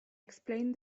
explained